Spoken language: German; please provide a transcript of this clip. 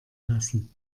lassen